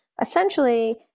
essentially